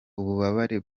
ububabare